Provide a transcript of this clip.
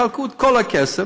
תחלקו את כל הכסף,